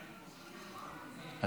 חיזקת את חמאס וחיזקת את סנוואר.